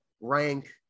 rank